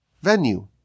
venue